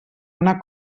una